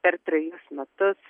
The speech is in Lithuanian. per trejus metus